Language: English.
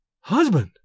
Husband